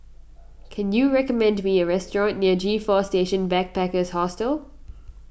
can you recommend me a restaurant near G four Station Backpackers Hostel